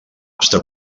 està